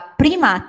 prima